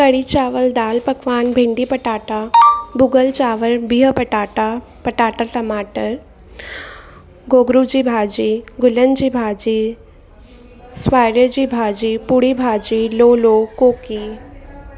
कढ़ी चावल दाल पकवान भिंडी पटाटा भुॻल चावल बिह पटाटा पटाटा टमाटर गोगरू जी भाॼी गुलनि जी भाॼी स्वांजरे जी भाॼी पूड़ी भाॼी लोलो कोकी